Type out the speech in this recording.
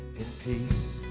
peace